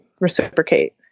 reciprocate